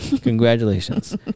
Congratulations